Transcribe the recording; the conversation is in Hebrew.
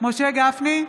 משה גפני,